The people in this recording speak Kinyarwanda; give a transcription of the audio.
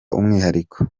umwihariko